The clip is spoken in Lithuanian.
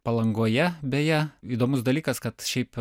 palangoje beje įdomus dalykas kad šiaip